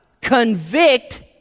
Convict